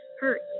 Hurt